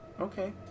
Okay